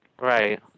Right